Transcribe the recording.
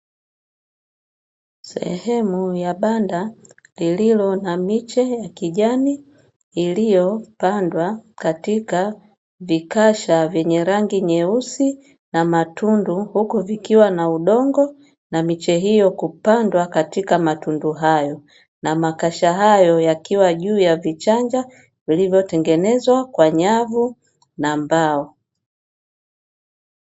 Sehemu ya banda lililo na miche ya kijani, iliyopandwa katika vikasha vyenye rangi nyeusi na matundu huku vikiwa na udongo na miche hiyo kupandewa katika matundu hayo, na makasha hayo yakiwa juu ya vichanja vilivyotengenezwa kwa nyavu na mbao.